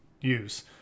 use